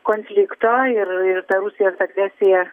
konflikto ir ir ta rusijos agresija